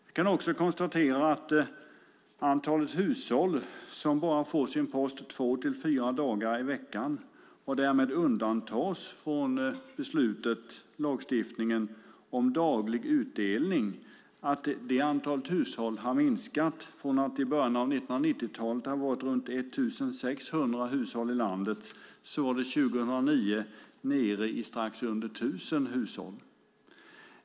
Vi kan också konstatera att antalet hushåll som bara får sin post två till fyra dagar i veckan och därmed undantas från lagstiftningen om daglig utdelning har minskat. Från att i början av 1990-talet har varit runt 1 600 hushåll i landet var det 2009 nere under strax under 1 000 hushåll.